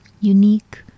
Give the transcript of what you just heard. unique